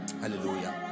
Hallelujah